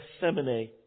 Gethsemane